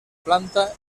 planta